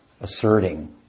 asserting